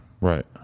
Right